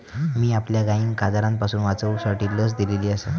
मी आपल्या गायिंका आजारांपासून वाचवूसाठी लस दिलेली आसा